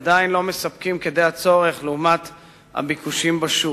עדיין לא מספיקים כדי הצורך לעומת הביקושים בשוק.